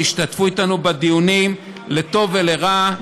שהשתתפו אתנו בדיונים לטוב ולרע,